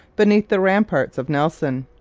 beneath the ramparts of nelson.